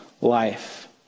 life